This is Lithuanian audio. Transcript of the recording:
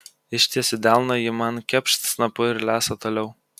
ištiesiu delną ji man kepšt snapu ir lesa toliau